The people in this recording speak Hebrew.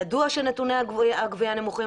ידוע שנתוני הגבייה נמוכים.